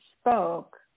spoke